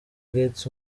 gates